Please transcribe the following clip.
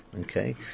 Okay